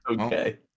Okay